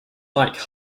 like